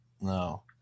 No